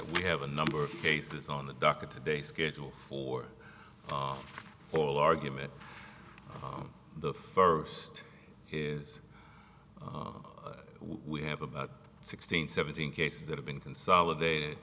we have a number of cases on the docket today schedule for all oral argument on the first is we have about sixteen seventeen cases that have been consolidated